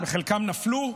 וחלקם נפלו.